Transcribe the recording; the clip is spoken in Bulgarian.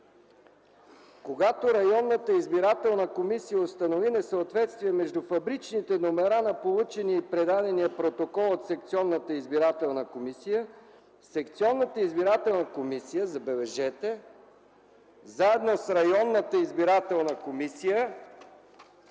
Когато районната избирателна комисия установи несъответствие между фабричните номера на получения и предадения протокол от секционната избирателна комисия, секционната избирателна комисия заедно с районната избирателна комисия